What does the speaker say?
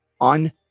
on